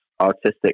Artistic